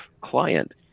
client